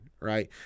Right